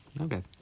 okay